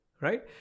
right